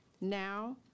Now